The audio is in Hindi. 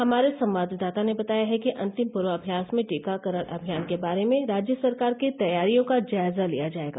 हमारे संवाददाता ने बताया है कि अंतिम पूर्वाभ्यास में टीकाकरण अभियान के बारे में राज्य सरकार की तैयारियों का जायजा लिया जाएगा